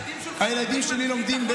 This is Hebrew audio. הילדים שלך לומדים אנגלית?